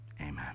amen